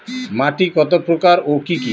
মাটি কত প্রকার ও কি কি?